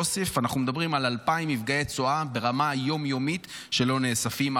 אנחנו מדברים על 2,000 מפגעי צורה ברמה יום-יומית שלא נאספים,